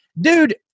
dude